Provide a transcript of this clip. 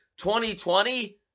2020